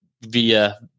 via